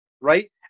right